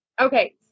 okay